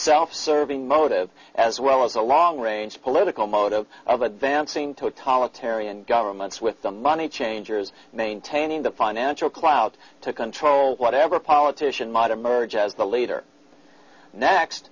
self serving motive as well as a long range political motive of advancing to attala tarion governments with the money changers maintaining the financial clout to control whatever politician might emerge as the leader next